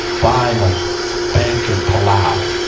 buying a bank in palau.